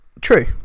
true